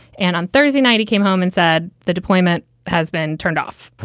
and on thursday night he came home and said the deployment has been turned off.